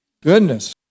Goodness